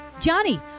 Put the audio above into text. Johnny